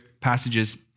passages